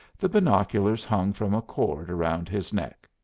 the binoculars hung from a cord around his neck.